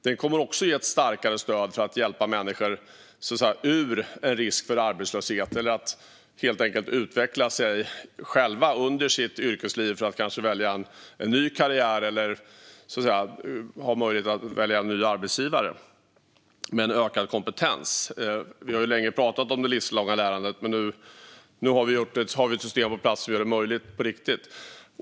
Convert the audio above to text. Den kommer också att ge ett starkare stöd för att hjälpa människor ur en risk för arbetslöshet eller till att helt enkelt utveckla sig själva under sitt yrkesliv för att med en ökad kompetens kunna välja en ny karriär eller en ny arbetsgivare. Vi har ju länge pratat om det livslånga lärandet, men nu har vi ett system på plats som gör det möjligt på riktigt.